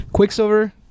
Quicksilver